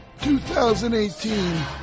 2018